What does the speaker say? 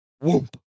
Whoop